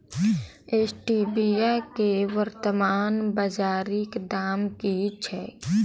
Stevia केँ वर्तमान बाजारीक दाम की छैक?